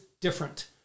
different